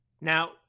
Now